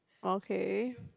okay